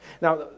Now